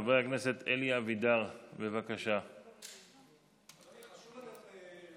חבר הכנסת אלי אבידר, בבקשה, שלוש דקות לרשותך.